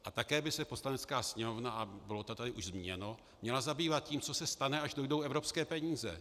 A také by se Poslanecká sněmovna, a bylo to tady už zmíněno, měla zabývat tím, co se stane, až dojdou evropské peníze.